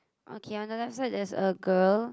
okay on the left side there's a girl